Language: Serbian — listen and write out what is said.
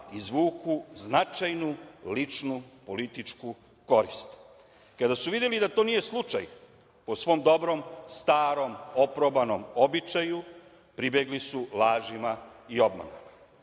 izvuku značajnu ličnu političku korist. Kada su videli da to nije slučaj po svom dobrom starom oprobanom običaju pribegli su lažima i obmanama.